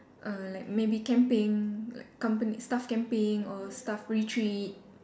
err like maybe camping like company staff camping or staff retreat